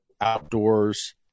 Outdoors